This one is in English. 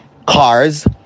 cars